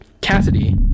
Cassidy